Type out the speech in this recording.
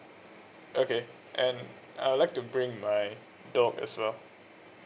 okay and I would like to bring my dog as well